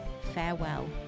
farewell